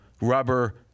rubber